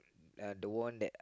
uh the one that